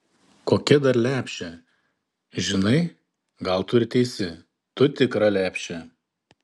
kokia dar lepšė žinai gal tu ir teisi tu tikra lepšė